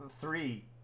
three